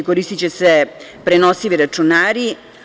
Koristiće se prenosivi računari.